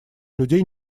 людей